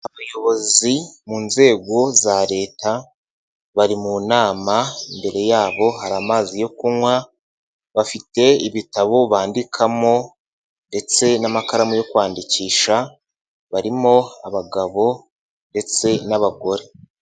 Abayobozi mu nzego za Leta, bari mu nama, imbere yabo hari amazi yo kunywa, bafite ibitabo bandikamo ndetse n'amakaramu yo kwandikisha, barimo abagabo ndetse n'abagore.